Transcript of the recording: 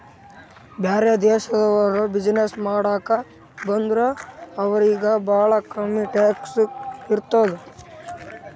ಬ್ಯಾರೆ ದೇಶನವ್ರು ಬಿಸಿನ್ನೆಸ್ ಮಾಡಾಕ ಬಂದುರ್ ಅವ್ರಿಗ ಭಾಳ ಕಮ್ಮಿ ಟ್ಯಾಕ್ಸ್ ಇರ್ತುದ್